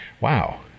Wow